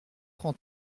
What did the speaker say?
trente